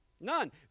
None